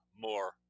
more